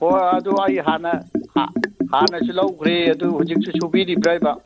ꯍꯣꯏ ꯑꯗꯨ ꯑꯩ ꯍꯥꯟꯅ ꯍꯥꯟꯅꯁꯨ ꯂꯧꯈ꯭ꯔꯦ ꯑꯗꯨ ꯍꯧꯖꯤꯛꯁꯨ ꯁꯨꯕꯤꯔꯤꯕ꯭ꯔꯥꯕ